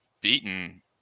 beaten